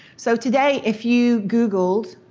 so today, if you googled,